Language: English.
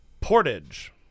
Portage